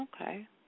Okay